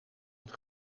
het